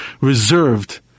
reserved